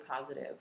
positive